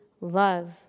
love